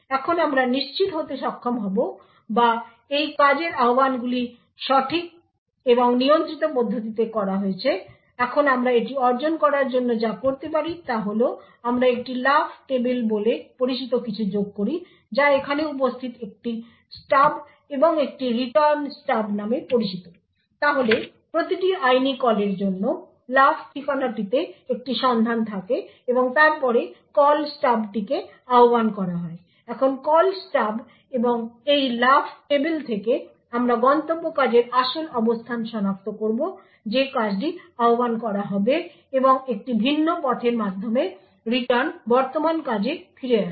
এখন আমরা নিশ্চিত হতে সক্ষম হব বা এই কাজের আহ্বানগুলি সঠিক এবং নিয়ন্ত্রিত পদ্ধতিতে করা হয়েছে এখন আমরা এটি অর্জন করার জন্য যা করতে পারি তা হল আমরা একটি লাফ টেবিল বলে পরিচিত কিছু যোগ করি যা এখানে উপস্থিত একটি স্টাব এবং একটি রিটার্ন স্টাব নামে পরিচিত তাহলে প্রতিটি আইনি কলের জন্য লাফ ঠিকানাটিতে একটি সন্ধান থাকে এবং তারপরে কল স্টাবটিকে আহ্বান করা হয় এখন কল স্টাব এবং এই লাফ টেবিল থেকে আমরা গন্তব্য কাজের আসল অবস্থান সনাক্ত করব যে কাজটি আহ্বান করা হবে এবং একটি ভিন্ন পথের মাধ্যমে রিটার্ন বর্তমান কাজে ফিরে আসে